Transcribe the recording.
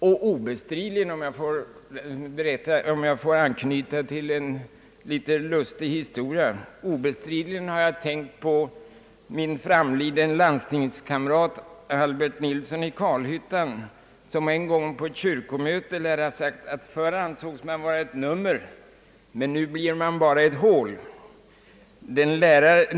I detta sammanhang har jag osökt kommit att tänka på en lustig anekdot. Min framlidne landstingskamrat Albert Nilsson i Kalhyttan lär en gång på ett kyrkomöte ha sagt att förr ansågs man vara ett nummer, men nu blir man bara ett hål.